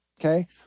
okay